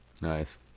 nice